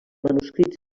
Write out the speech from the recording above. manuscrits